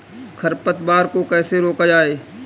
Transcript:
खरपतवार को कैसे रोका जाए?